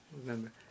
remember